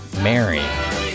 Mary